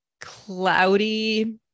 cloudy